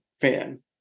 fan